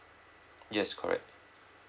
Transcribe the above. yes correct